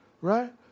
right